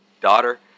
daughter